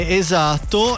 esatto